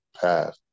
path